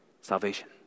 salvation